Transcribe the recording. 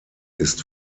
ist